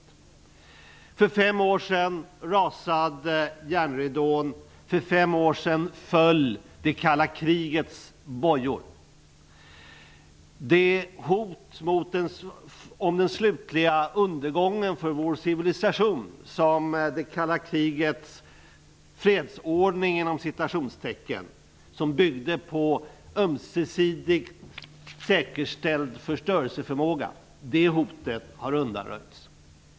För fem år sedan rasade järnridån. För fem år sedan föll det kalla krigets bojor. Det hot om den slutliga undergången för vår civilisation som det kalla krigets ''fredsordning'', som byggde på ömsesidigt säkerställd förstörelseförmåga, innebar har undanröjts.